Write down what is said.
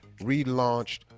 relaunched